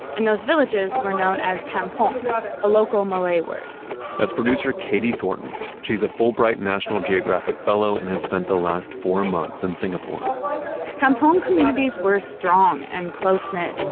and those villages were known as kampongs, a local malay word that's producer katie thornton. she's a fulbright national geographic fellow and has spent the last four months in singapore kampong communities were strong and close-knit,